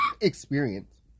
experience